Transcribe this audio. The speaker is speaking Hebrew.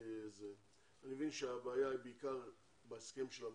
אני מבין שהבעיה היא בעיקר בהסכם של הוועד.